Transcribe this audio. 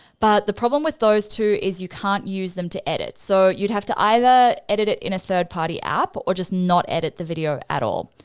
but the problem with those two is you can't use them to edit. so you'd have to either edit it in a third party app or just not edit the video at all.